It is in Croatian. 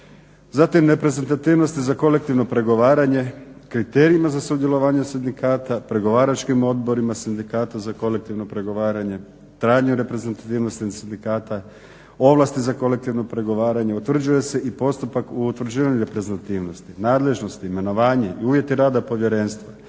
zatim reprezentativnosti za kolektivno pregovaranje, kriterijima za sudjelovanje sindikata, pregovaračkim odborima sindikata za kolektivno pregovaranje, trajanju reprezentativnosti sindikata, ovlasti za kolektivno pregovaranje. Utvrđuje se i postupak u utvrđivanju reprezentativnosti, nadležnosti, imenovanje, uvjeti rada povjerenstva,